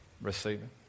receiving